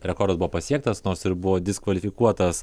rekordas buvo pasiektas nors ir buvo diskvalifikuotas